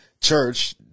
Church